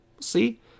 See